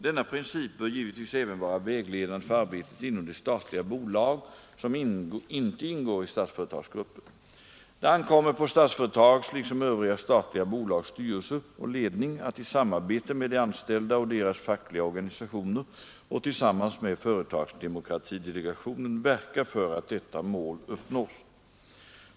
Denna princip bör givetvis även vara vägledande för arbetet inom de statliga bolag som inte ingår i Statsföretagsgruppen. Det ankommer på Statsföretags liksom övriga statliga bolags styrelse och ledning att i samarbete med de anställda och deras fackliga organisationer och tillsammans med företagsdemokratidelegationen verka för att detta mål uppnås.